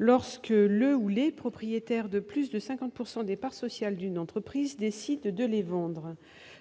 lorsque le propriétaire de plus de 50 % des parts sociales d'une entreprise décide de les vendre.